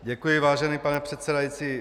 Děkuji, vážený pane předsedající.